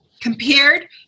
compared